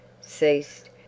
ceased